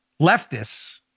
Leftists